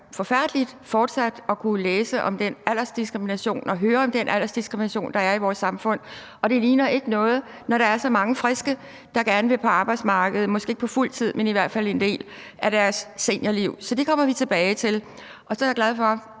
forfærdeligt fortsat at kunne læse om den aldersdiskrimination og høre om den aldersdiskrimination, der er i vores samfund. Det ligner ikke noget, når der er så mange, som er friske, og som gerne vil på arbejdsmarkedet, måske ikke på fuld tid, men i hvert fald i en del af deres seniorliv. Så det kommer vi tilbage til. Så er jeg glad for,